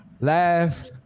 laugh